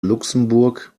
luxemburg